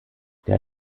der